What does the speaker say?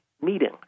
meeting